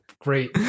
Great